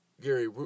Gary